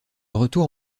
retour